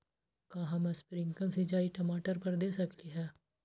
का हम स्प्रिंकल सिंचाई टमाटर पर दे सकली ह?